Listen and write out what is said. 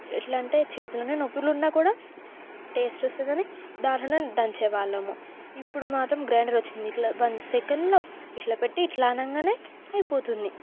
ఎట్లా అంటే చేతులని నొప్పులు ఉన్నా కూడా టేస్ట్ వస్తుందని దాంట్లో దంచేవాళ్ళము ఇప్పుడు మాత్రం గ్రైండర్ వచ్చింది ఇట్లా వన్ సెకెన్లో ఇట్లా పెట్టి ఇట్లా అనగానే అయిపోతుంది